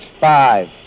Five